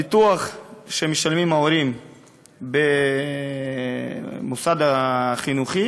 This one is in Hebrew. ביטוח שמשלמים ההורים במוסד החינוכי